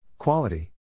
Quality